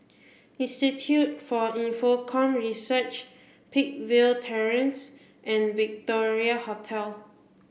Institute for Infocomm Research Peakville Terrace and Victoria Hotel